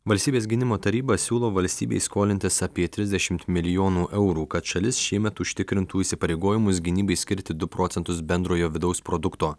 valstybės gynimo taryba siūlo valstybei skolintis apie trisdešimt milijonų eurų kad šalis šiemet užtikrintų įsipareigojimus gynybai skirti du procentus bendrojo vidaus produkto